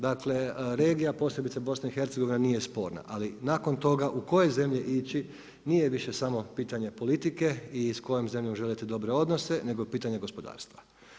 Dakle, regija posebice Bosna i Hercegovina nije sporna, ali nakon toga u koje zemlje ići nije više samo pitanje politike i s kojom zemljom želite dobre odnose nego je pitanje gospodarstva.